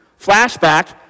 Flashback